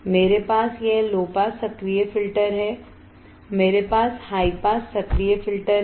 मेरे पास यह लो पास सक्रिय फिल्टर है मेरे पास हाई पास सक्रिय फिल्टर है